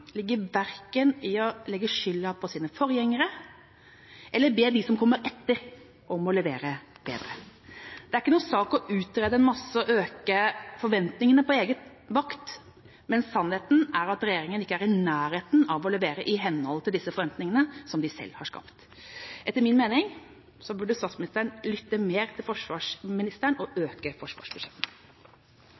ligger verken i å legge skylda på sine forgjengere eller i å be dem som kommer etter, om å levere bedre. Det er ingen sak å utrede en masse og øke forventningene på egen vakt, men sannheten er at regjeringa ikke er i nærheten av å levere i henhold til disse forventningene som de selv har skapt. Etter min mening burde statsministeren lytte mer til forsvarsministeren og øke forsvarsbudsjettet.